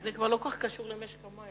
זה כבר לא כל כך קשור למשק המים.